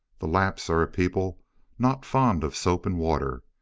the lapps are a people not fond of soap and water,